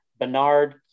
Bernard